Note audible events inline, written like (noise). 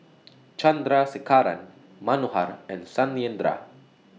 (noise) Chandrasekaran Manohar and Satyendra